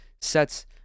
sets